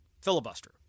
filibuster